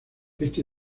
este